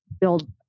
build